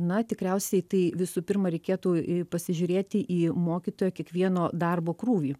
na tikriausiai tai visų pirma reikėtų pasižiūrėti į mokytojo kiekvieno darbo krūvį